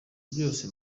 byose